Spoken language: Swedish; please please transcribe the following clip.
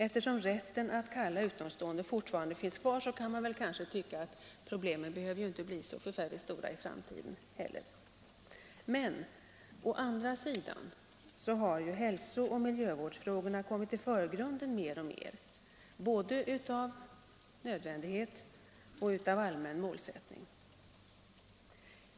Eftersom rätten att kalla utomstående fortfarande finns kvar kan man kanske tycka att problemen inte behöver bli så stora i fortsättningen heller, men å andra sidan har hälso och miljövårdsfrågorna kommit i förgrunden mer och mer, både av nödvändighet och av allmän målsättning.